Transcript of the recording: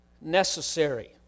necessary